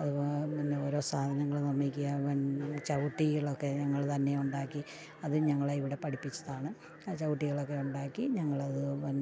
അതു പോ പിന്നെ ഓരോ സാധനങ്ങൾ നിർമ്മിക്കുക വൻ ചവിട്ടികളൊക്കെ ഞങ്ങൾ തന്നെ ഉണ്ടാക്കി അതും ഞങ്ങളെ ഇവിടെ പഠിപ്പിച്ചതാണ് ആ ചവിട്ടികളൊക്കെ ഉണ്ടാക്കി ഞങ്ങളത് വൻ